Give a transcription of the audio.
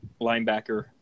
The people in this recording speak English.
linebacker